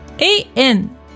A-N